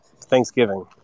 Thanksgiving